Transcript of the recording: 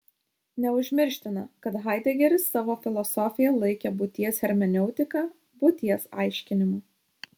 neužmirština kad haidegeris savo filosofiją laikė būties hermeneutika būties aiškinimu